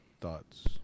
Thoughts